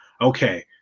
okay